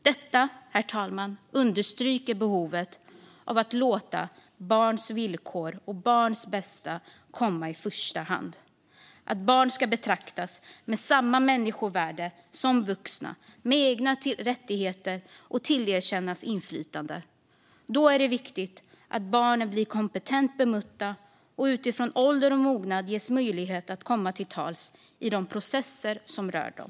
Detta, herr talman, understryker behovet av att låta barns villkor och barns bästa komma i första hand. Barn ska ha samma människovärde som vuxna med egna rättigheter och tillerkännas inflytande. Då är det viktigt att barnen blir kompetent bemötta och utifrån ålder och mognad ges möjlighet att komma till tals i de processer som rör dem.